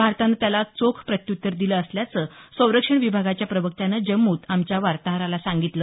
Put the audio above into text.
भारतानं त्याला चोख प्रत्युत्तर दिलं असल्याचं संरक्षण विभागाच्या प्रवक्यानं जम्मूत आमच्या वार्ताहराला सांगितलं